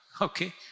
Okay